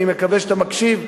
אני מקווה שאתה מקשיב,